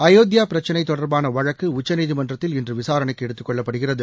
அயோத்தியா பிரச்னை தொடர்பான வழக்கு உச்சநீதிமன்றத்தில் இன்று விசாரணைக்கு எடுத்துக்கொள்ளப்படுகிறது